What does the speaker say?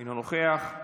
אינו נוכח,